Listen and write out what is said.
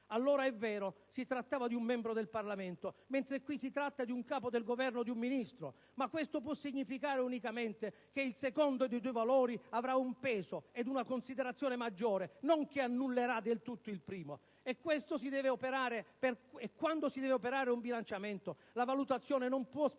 Allora, è vero, si trattava di un membro del Parlamento, mentre qui si tratta di un Capo del Governo o di un Ministro. Ma questo può significare unicamente che il secondo dei due valori avrà un peso ed una considerazione maggiore, non che annullerà del tutto il primo. E quando si deve operare un bilanciamento, la valutazione non può spettare